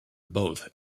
both